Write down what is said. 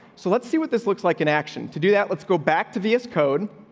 so let's see what this looks like an action to do that. let's go back to v s code.